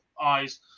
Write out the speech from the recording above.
eyes